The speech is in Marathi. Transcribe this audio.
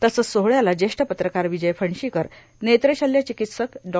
तसंच सोहळ्याला ज्येष्ठ पत्रकार र्विजय फणशीकर नेत्रशर्ल्यार्चाकत्सक डॉ